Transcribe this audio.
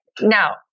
Now